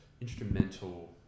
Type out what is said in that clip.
instrumental